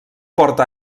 porta